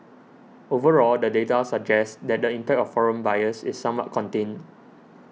overall the data suggests that the impact of foreign buyers is somewhat contained